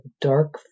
dark